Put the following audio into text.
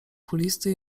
kulisty